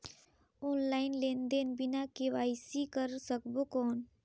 Online लेनदेन बिना KYC कर सकबो कौन??